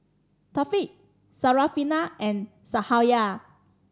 Thaqif Syarafina and Cahaya